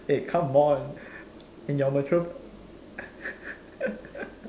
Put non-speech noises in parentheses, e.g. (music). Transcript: eh come on in your mature (laughs)